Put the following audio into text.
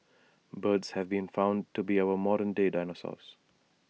birds have been found to be our modern day dinosaurs